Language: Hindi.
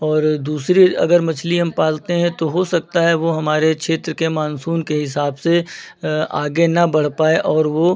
और दूसरी अगर मछली हम पालते हैं तो हो सकता है वो हमारे छेत्र के मानसून के हिसाब से आगे ना बढ़ पाए और वो